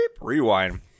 Rewind